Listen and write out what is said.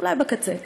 אולי בקצה.